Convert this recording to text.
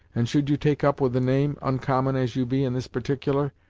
and should you take up with the name, oncommon as you be in this particular,